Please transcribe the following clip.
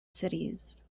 cities